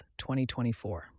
2024